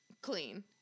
clean